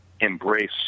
embrace